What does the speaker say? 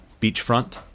beachfront